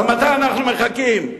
למה אנחנו מחכים,